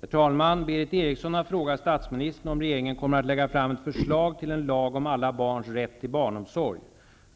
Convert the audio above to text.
Herr talman! Berith Eriksson har frågat statsministern om regeringen kommer att lägga fram ett förslag till en lag om alla barns rätt till barnomsorg.